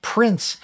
Prince